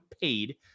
paid